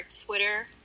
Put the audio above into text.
Twitter